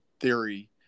theory